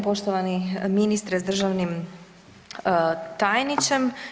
Poštovani ministre s državnim tajničem.